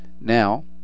now